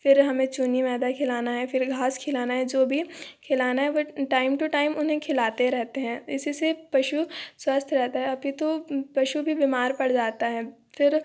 फिर हमें चुनी मैदा खिलाना है फिर घास खिलाना है जो भी खिलाना है बट टाइम टु टाइम उन्हें खिलाते रहते हैं इसी से पशु स्वस्थ रहता है अपितु पशु भी बीमार पड़ जाता है फिर